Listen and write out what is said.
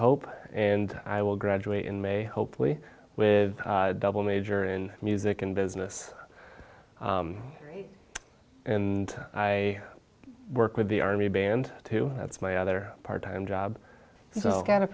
hope and i will graduate in may hopefully with a double major in music and business and i work with the army band too that's my other part time job so